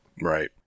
Right